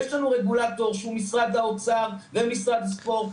יש לנו רגולטור שהוא משרד האוצר ומשרד הספורט,